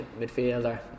midfielder